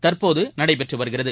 தற்போது நடைபெற்று வருகிறது